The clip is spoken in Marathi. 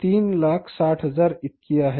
तर ती रक्कम 360000 इतकी आहे